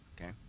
Okay